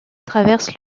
traverse